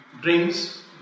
drinks